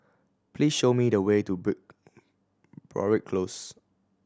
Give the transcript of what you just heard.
please show me the way to Broadrick Close